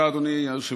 תודה, אדוני היושב-ראש.